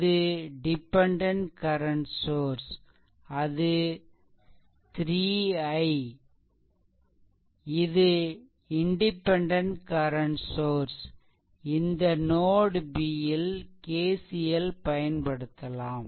இது dependent current source அது 3 I இது இன்டிபெண்டென்ட் கரண்ட் சோர்ஸ் இந்த நோட் B ல் KCL பயன்படுத்தலாம்